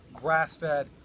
grass-fed